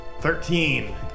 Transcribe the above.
Thirteen